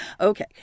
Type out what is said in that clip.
Okay